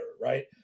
right